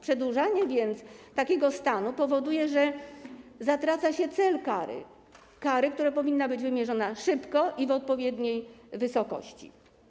Przedłużanie więc takiego stanu powoduje, że zatraca się cel kary, która powinna być wymierzona szybko i w odpowiedniej wysokości.